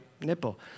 nipple